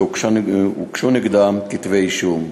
והוגשו נגדם כתבי-אישום.